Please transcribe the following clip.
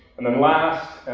and then last,